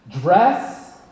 dress